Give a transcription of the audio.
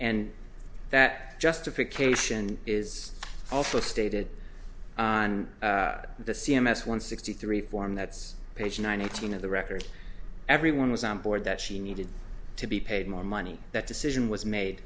and that justification is also stated on the c m s one sixty three form that's page nineteen of the record everyone was on board that she needed to be paid more money that decision was made